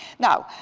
now,